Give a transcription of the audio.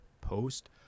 post